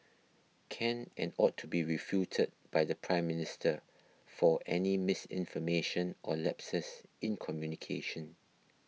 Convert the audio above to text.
can and ought to be refuted by the Prime Minister for any misinformation or lapses in communication